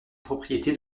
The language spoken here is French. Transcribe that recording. propriété